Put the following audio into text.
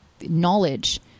knowledge